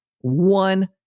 one